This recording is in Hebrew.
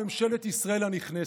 ממשלת ישראל הנכנסת: